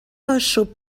آشوب